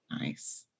Nice